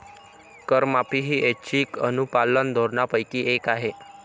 करमाफी ही ऐच्छिक अनुपालन धोरणांपैकी एक आहे